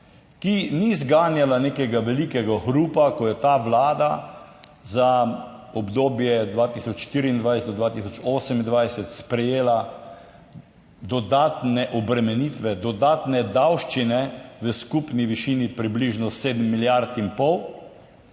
ki ni zganjala nekega velikega hrupa, ko je ta Vlada za obdobje 2024 do 2028 sprejela dodatne obremenitve, dodatne davščine v skupni višini približno sedem milijard in pol,